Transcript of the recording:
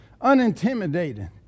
unintimidated